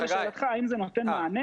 לשאלתך, האם זה נותן מענה.